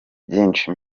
byinshi